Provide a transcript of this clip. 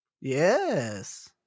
Yes